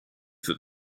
that